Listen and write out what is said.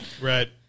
Right